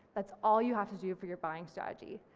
that's all you have to do for your buying strategy,